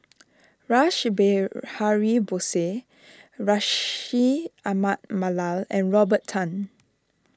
Rash Behari Bose Bashir Ahmad Mallal and Robert Tan